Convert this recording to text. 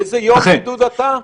באיזה יום בידוד אתה?